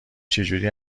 چجوری